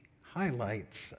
highlights